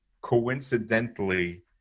coincidentally